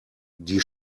die